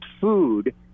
food